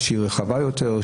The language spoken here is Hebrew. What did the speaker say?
רחבה יותר,